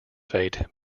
fate